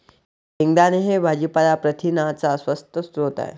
शेंगदाणे हे भाजीपाला प्रथिनांचा स्वस्त स्रोत आहे